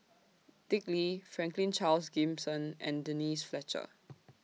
Dick Lee Franklin Charles Gimson and Denise Fletcher